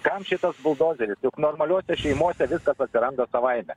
kam šitas buldozeris juk normaliose šeimose viskas atsiranda savaime